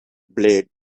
blades